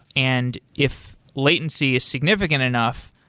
and if latency is significant enough,